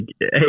hey